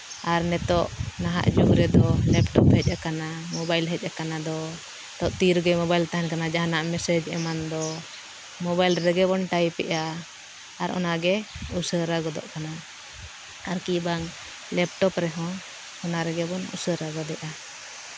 ᱟᱨ ᱱᱤᱛᱚᱜ ᱱᱟᱦᱟᱜ ᱡᱩᱜᱽ ᱨᱮᱫᱚ ᱞᱮᱯᱴᱚᱯ ᱦᱮᱡ ᱠᱟᱱᱟ ᱢᱳᱵᱟᱭᱤᱞ ᱦᱮᱡ ᱟᱠᱟᱱ ᱫᱚ ᱱᱤᱛᱚᱜ ᱛᱤ ᱨᱮᱜᱮ ᱢᱳᱵᱟᱭᱤᱞ ᱛᱟᱦᱮᱱ ᱠᱟᱱᱟ ᱡᱟᱦᱟᱱᱟᱜ ᱢᱮᱥᱮᱡᱽ ᱮᱢᱟᱱ ᱫᱚ ᱢᱳᱵᱟᱭᱤᱞ ᱨᱮᱜᱮ ᱵᱚᱱ ᱴᱟᱭᱤᱯᱮᱜᱼᱟ ᱟᱨ ᱚᱱᱟᱜᱮ ᱩᱥᱟᱹᱨᱟ ᱜᱚᱫᱚᱜ ᱠᱟᱱᱟ ᱟᱨ ᱠᱤ ᱵᱟᱝ ᱞᱮᱯᱴᱚᱯ ᱨᱮᱦᱚᱸ ᱚᱱᱟ ᱨᱮᱜᱮ ᱵᱚᱱ ᱩᱥᱟᱹᱨᱟ ᱜᱚᱫᱮᱜᱼᱟ